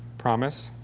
promise?